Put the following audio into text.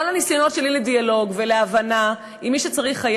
כל הניסיונות שלי לדיאלוג ולהבנה עם מי שהיה צריך,